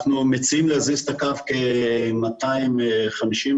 אנחנו מציעים להזיז את הקו כ-250 מטר,